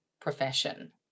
profession